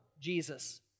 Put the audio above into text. Jesus